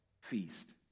feast